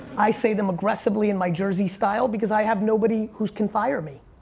i say them aggressively in my jersey style because i have nobody who can fire me.